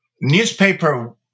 newspaper